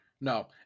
No